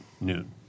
noon